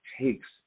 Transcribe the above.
takes